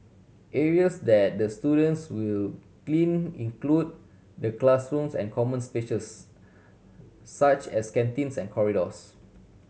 areas that the students will clean include the classrooms and common spaces such as canteens and corridors